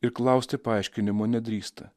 ir klausti paaiškinimo nedrįsta